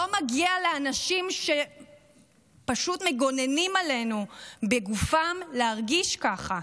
לא מגיע לאנשים שפשוט מגוננים עלינו בגופם להרגיש ככה.